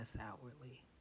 outwardly